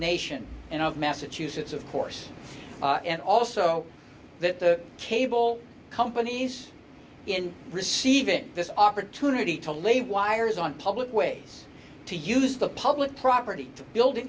nation and of massachusetts of course and also that the cable companies in receiving this opportunity to lay wires on public ways to use the public property to build an